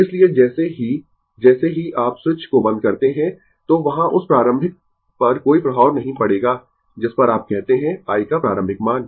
इसलिए जैसे ही जैसे ही आप स्विच को बंद करते है तो वहाँ उस प्रारंभिक पर कोई प्रभाव नहीं पड़ेगा जिस पर आप कहते है i का प्रारंभिक मान